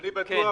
אני בטוח